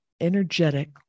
energetic